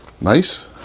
nice